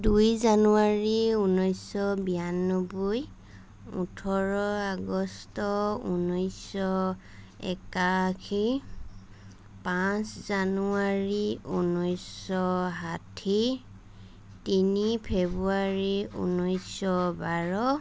দুই জানুৱাৰী ঊনৈছশ বিৰান্নবৈ ওঠৰ আগষ্ট ঊনৈছশ একাশী পাঁচ জানুৱাৰী ঊনৈছশ ষাঠি তিনি ফেব্ৰুৱাৰী ঊনৈছশ বাৰ